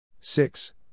six